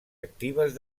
actives